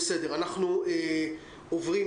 נראה לי שאנחנו הוועדה